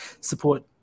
support